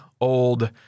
old